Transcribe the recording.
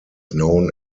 known